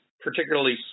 particularly